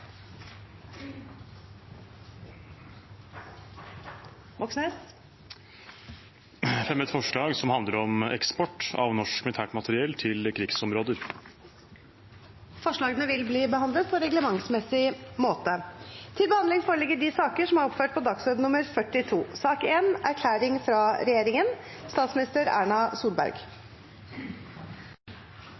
Moxnes vil fremsette et representantforslag. Jeg vil fremme et forslag som handler om eksport av norsk militært materiell til krigsområder. Forslagene vil bli behandlet på reglementsmessig måte. Ved stortingsvalget 11. september 2017 oppnådde partiene Høyre, Fremskrittspartiet, Venstre og Kristelig Folkeparti flertall i Stortinget. På den bakgrunn fortsatte regjeringen